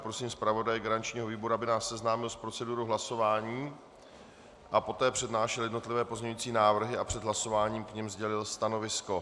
Prosím zpravodaje garančního výboru, aby nás seznámil s procedurou hlasování a poté přednášel jednotlivé pozměňovací návrhy a před hlasováním k nim sdělil stanovisko.